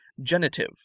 genitive